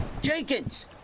Jenkins